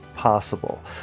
Possible